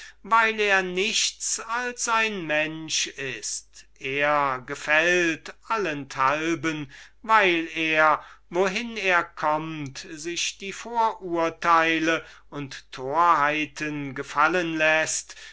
weil er nichts als ein mensch ist er gefällt allenthalben weil er wohin er kommt sich die vorurteile und torheiten gefallen läßt